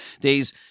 days